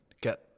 get